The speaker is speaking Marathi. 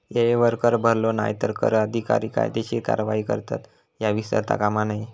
येळेवर कर भरलो नाय तर कर अधिकारी कायदेशीर कारवाई करतत, ह्या विसरता कामा नये